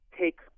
take